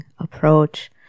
approach